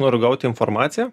noriu gauti informaciją